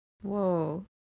Whoa